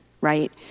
right